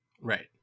Right